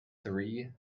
three